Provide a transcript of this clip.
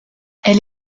elle